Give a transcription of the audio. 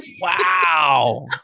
Wow